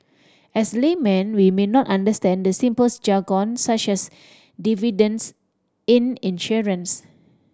as laymen we may not understand the simplest jargon such as dividends in insurance